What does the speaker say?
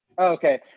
Okay